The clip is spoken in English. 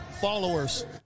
followers